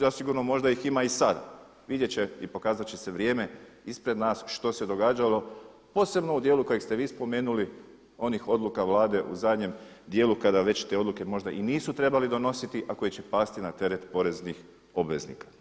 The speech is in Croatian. Zasigurno možda ih ima i sad, vidjet će i pokazat će se vrijeme ispred nas što se događalo posebno u dijelu kojeg ste vi spomenuli onih odluka Vlade u zadnjem dijelu kada već te odluke možda i nisu trebali donositi a koje će pasti na teret poreznih obveznika.